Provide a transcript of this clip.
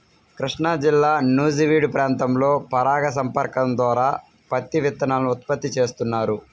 కృష్ణాజిల్లా నూజివీడు ప్రాంతంలో పరాగ సంపర్కం ద్వారా పత్తి విత్తనాలను ఉత్పత్తి చేస్తున్నారు